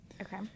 Okay